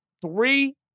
Three